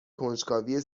کنجکاوی